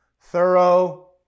thorough